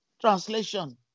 translation